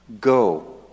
Go